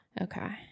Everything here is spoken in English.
Okay